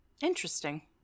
Interesting